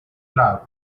love